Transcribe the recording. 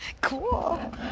Cool